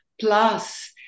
Plus